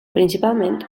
principalment